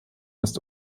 ist